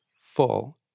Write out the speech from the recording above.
full